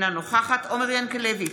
אינה נוכחת עומר ינקלביץ'